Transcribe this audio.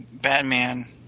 Batman